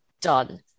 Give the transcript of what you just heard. done